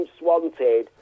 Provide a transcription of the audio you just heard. wanted